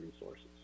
resources